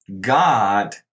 God